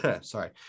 sorry